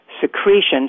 secretions